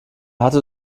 hatte